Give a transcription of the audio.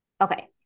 okay